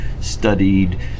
studied